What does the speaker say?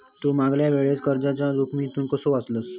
तू मागल्या वेळेस कर्जाच्या जोखमीतून कसो वाचलस